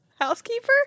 housekeeper